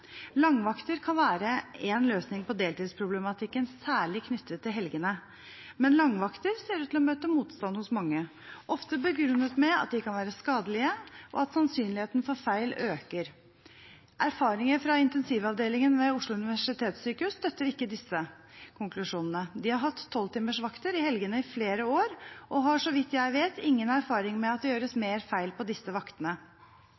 Langvakter kan være en løsning på deltidsproblematikken, særlig knyttet til helgene. Men langvakter ser ut til å møte motstand hos mange. Ofte er det begrunnet med at de kan være skadelige, og at sannsynligheten for feil øker. Erfaringer fra intensivavdelingen ved Oslo universitetssykehus støtter ikke disse konklusjonene. De har hatt 12-timersvakter i helgene i flere år, og har, så vidt jeg vet, ingen erfaring med at det gjøres